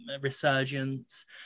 resurgence